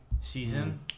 Season